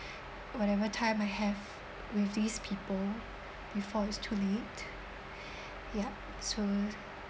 whatever time I have with these people before it's too late yup so